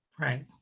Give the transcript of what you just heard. Right